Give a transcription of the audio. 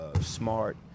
smart